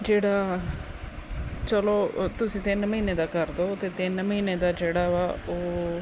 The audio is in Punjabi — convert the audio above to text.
ਜਿਹੜਾ ਚਲੋ ਅ ਤੁਸੀਂ ਤਿੰਨ ਮਹੀਨੇ ਦਾ ਕਰ ਦਿਓ ਅਤੇ ਤਿੰਨ ਮਹੀਨੇ ਦਾ ਜਿਹੜਾ ਵਾ ਉਹ